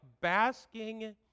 Basking